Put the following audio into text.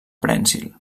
prènsil